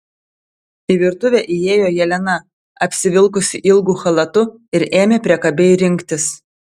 į virtuvę įėjo jelena apsivilkusi ilgu chalatu ir ėmė priekabiai rinktis